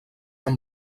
amb